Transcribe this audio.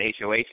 HOH